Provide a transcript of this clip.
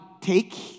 take